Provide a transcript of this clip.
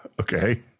okay